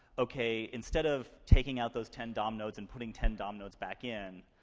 okay, instead of taking out those ten dom nodes and putting ten dom nodes back in,